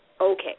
okay